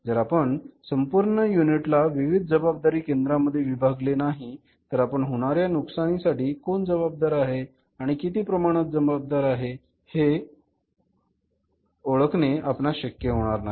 जर आपण संपूर्ण युनिट ला विविध जबाबदारी केंद्रांमध्ये विभागले नाही तर आपण होणाऱ्या नुकसानीसाठी कोण जबाबदार आहे आणि किती प्रमाणात जबाबदार आहे हे ओळखणे आपणास शक्य होणार नाही